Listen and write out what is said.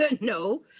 No